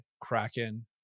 Kraken